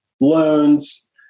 loans